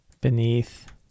beneath